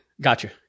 Gotcha